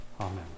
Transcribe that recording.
Amen